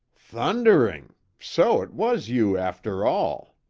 thundering so it was you after all!